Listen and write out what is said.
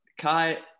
kai